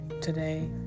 today